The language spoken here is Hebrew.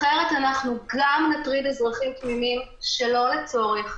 אחרת גם נטריד אזרחים תמימים שלא לצורך,